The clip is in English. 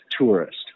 tourist